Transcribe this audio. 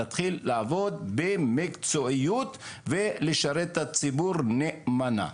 להתחיל לעבוד במקצועיות ולשרת את הציבור נאמנה.